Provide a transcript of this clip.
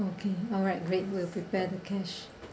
okay alright great will prepare the cash